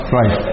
right